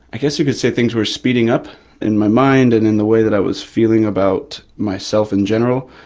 i guess you could say things were speeding up in my mind, and in the way that i was feeling about myself in general.